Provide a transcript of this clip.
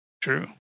True